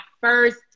first